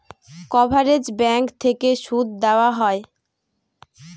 coverage bank থেকে সুদ দেওয়া হয়